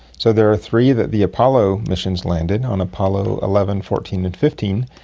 so there are three that the apollo missions landed on apollo eleven, fourteen and fifteen,